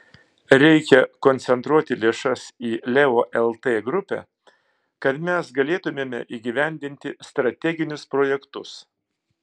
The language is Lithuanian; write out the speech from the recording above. reikia koncentruoti lėšas į leo lt grupę kad mes galėtumėme įgyvendinti strateginius projektus